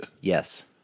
Yes